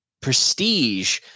prestige